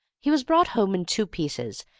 he was brought home in two pieces,